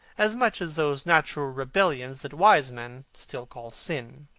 as much as those natural rebellions that wise men still call sin.